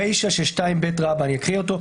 הריישא של 2ב רבא, אני אקריא אותו.